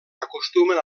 acostumen